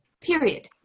period